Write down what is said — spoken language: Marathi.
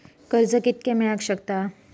कर्ज कितक्या मेलाक शकता?